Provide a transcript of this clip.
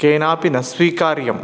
केनापि न स्वीकार्यं